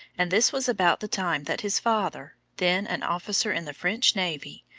and this was about the time that his father, then an officer in the french navy,